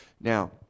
Now